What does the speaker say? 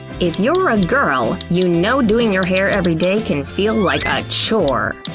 if you're a girl, you know doing your hair every day can feel like a chore.